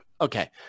okay